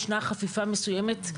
וישנה חפיפה מסוימת.